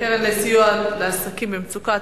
הצעת חוק הקרן לסיוע לעסקים במצוקה,